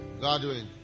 godwin